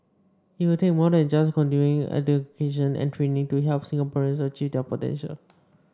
it will take more than just continuing education and training to help Singaporeans achieve their potential